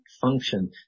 function